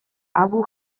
abu